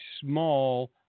small